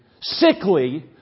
sickly